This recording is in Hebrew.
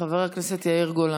חבר הכנסת יאיר גולן,